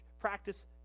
practice